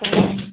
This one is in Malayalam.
പതിനൊന്ന്